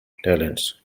talents